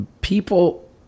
people